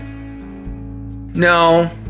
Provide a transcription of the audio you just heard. No